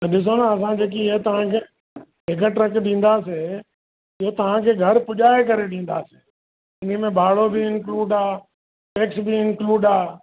त ॾिसो न असांखे कीअं तव्हांखे हिक ट्रक ॾींदासीं जो तव्हांजे घर पुॼाए करे ॾींदासीं इनमें भाड़ो बि इंकलूड आहे टैक्स बि इंकलूड आहे